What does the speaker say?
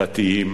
דתיים,